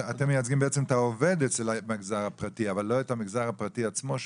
אתם מייצגים בעצם את העובד אצל המגזר הפרטי אבל לא את המגזר הפרטי עצמו.